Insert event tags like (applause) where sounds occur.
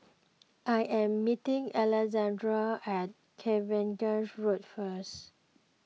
(noise) I am meeting Alexandria at Cavenagh Road first